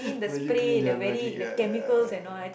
What you clean then where you ya